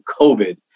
COVID